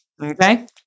Okay